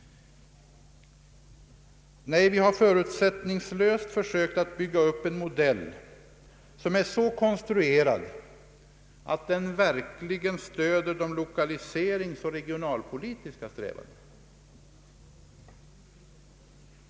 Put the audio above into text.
Vi har förutsättningslöst försökt att bygga upp en modell som är så konstruerad att den verkligen stöder de lokaliseringsoch regionalpolitiska strävandena.